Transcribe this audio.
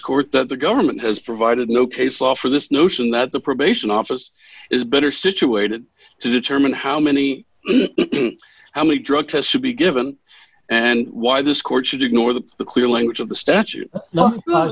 court that the government has provided no case law for this notion that the probation office is better situated to determine how many how many drug tests should be given and why this court should ignore the clear language of the statute no